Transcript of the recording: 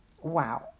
wow